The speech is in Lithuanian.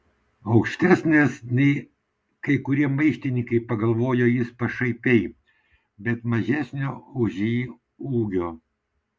aukštesnės nei kai kurie maištininkai pagalvojo jis pašaipiai bet mažesnio už jį ūgio